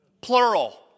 Plural